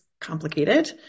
complicated